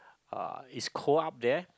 (uh)it's cold up there